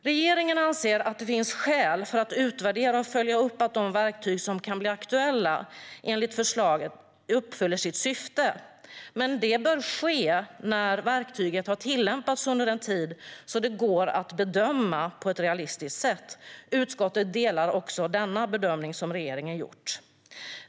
Regeringen anser att det finns skäl att utvärdera och följa upp att de verktyg som enligt förslaget kan bli aktuella uppfyller sitt syfte men att det bör ske när verktygen tillämpats under en tid, så att det går att bedöma på ett realistiskt sätt. Utskottet delar den bedömning regeringen har gjort.